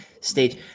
stage